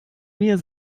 mir